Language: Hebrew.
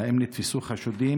3. האם נתפסו חשודים?